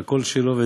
שהכול שלו.